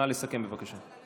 נא לסכם, בבקשה.